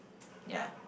ya